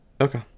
Okay